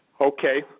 okay